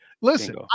Listen